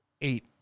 Eight